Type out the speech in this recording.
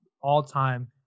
all-time